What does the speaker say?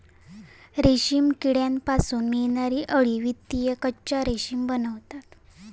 रेशीम किड्यांपासून मिळणारी अळी वितळून कच्चा रेशीम बनता